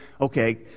okay